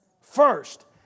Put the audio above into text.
first